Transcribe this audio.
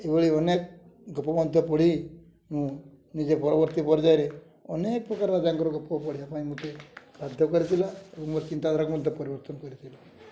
ଏଭଳି ଅନେକ ଗପ ମଧ୍ୟ ପଢ଼ି ମୁଁ ନିଜେ ପରବର୍ତ୍ତୀ ପର୍ଯ୍ୟାୟରେ ଅନେକ ପ୍ରକାର ତାଙ୍କର ଗପ ପଢ଼ିବା ପାଇଁ ମୋତେ ବାଧ୍ୟ କରିଥିଲା ଏବଂ ମୋ ଚିନ୍ତାଧାରା ମଧ୍ୟ ପରିବର୍ତ୍ତନ କରିଥିଲି